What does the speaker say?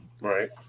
right